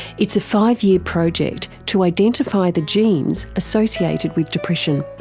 it's a five-year project to identify the genes associated with depression.